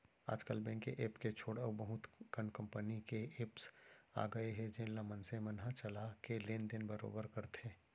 आज काल बेंक के ऐप के छोड़े अउ बहुत कन कंपनी के एप्स आ गए हे जेन ल मनसे मन ह चला के लेन देन बरोबर करथे